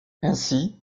ainsi